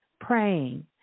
praying